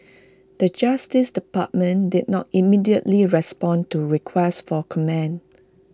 the justice department did not immediately respond to request for comment